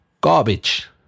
garbage